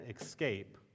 escape